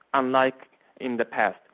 unlike in the past.